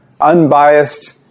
unbiased